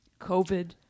COVID